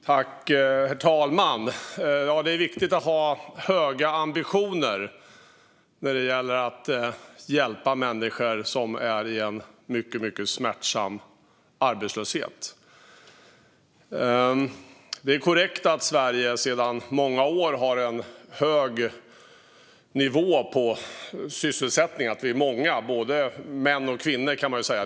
Herr talman! Det är viktigt att ha höga ambitioner när det gäller att hjälpa människor som är i en mycket smärtsam arbetslöshet. Det är korrekt att Sverige sedan många år har en hög nivå på sysselsättningen jämfört med många andra länder i världen och Europa.